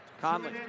Conley